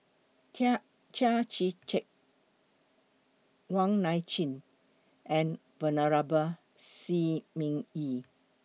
Chia Chia Tee Chiak Wong Nai Chin and Venerable Shi Ming Yi